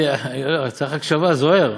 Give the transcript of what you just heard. צריך הקשבה, זוהיר,